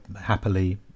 happily